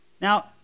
Now